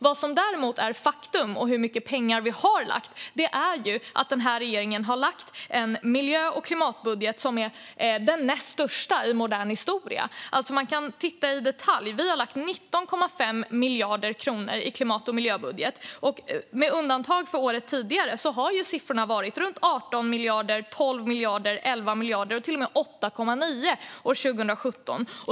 Vad som däremot är ett faktum är att den här regeringen har lagt fram en miljö och klimatbudget som är den näst största i modern historia. Man kan titta i detalj. Vi har lagt fram en klimat och miljöbudget på 19,5 miljarder kronor. Med undantag för året dessförinnan har siffrorna varit runt 18, 12, 11 och till och med 8,9 miljarder, 2017.